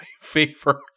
favor